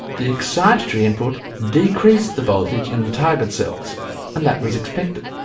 the excitatory input decreased the voltage in the target cells and that was expected.